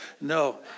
No